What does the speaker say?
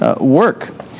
work